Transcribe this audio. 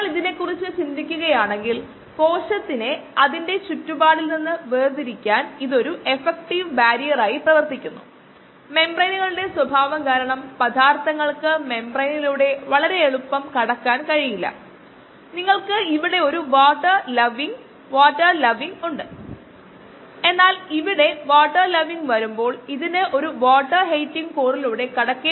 ഇത് കുറച്ചുകൂടി നന്നായി മനസ്സിലാക്കാൻ സഹായിക്കുന്ന ഒരു പ്രോബ്ലം നമ്മൾ നോക്കി